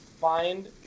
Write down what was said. find